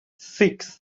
six